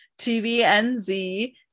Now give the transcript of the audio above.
TVNZ